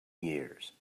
years